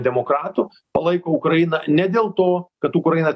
demokratų palaiko ukrainą ne dėl to kad ukraina